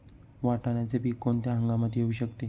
वाटाण्याचे पीक कोणत्या हंगामात येऊ शकते?